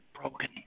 broken